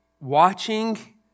watching